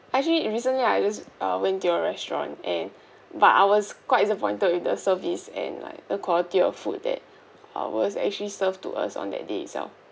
actually recently I just uh went to your restaurant and but I was quite disappointed with the service and like the quality of food that I was actually served to us on that day itself